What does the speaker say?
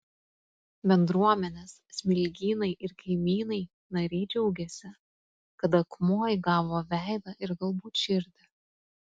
bendruomenės smilgynai ir kaimynai nariai džiaugiasi kad akmuo įgavo veidą ir galbūt širdį